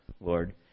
Lord